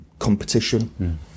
competition